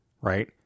right